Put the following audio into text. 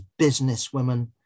businesswomen